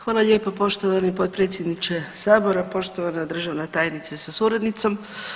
Hvala lijepo poštovani potpredsjedniče sabora, poštovana državna tajnice sa suradnicom.